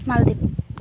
ᱢᱟᱞᱫᱤᱯ